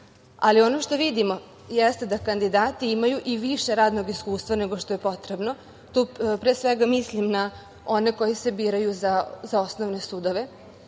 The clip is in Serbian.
vidimo. Ono što vidimo jeste da kandidati imaju i više radnog iskustva nego što je potrebno. Tu pre svega mislim na one koji se biraju za osnovne sudove.U